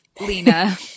lena